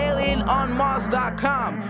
AlienOnMars.com